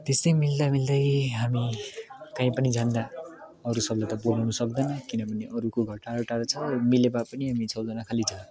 त्यस्तै मिल्दा मिल्दै हामी कहीँ पनि जाँदा अरूसँग त बोल्नु सक्दैन किनभने अरूको घर टाढो टाढो छ मिले भए पनि हामी छजना खालि छ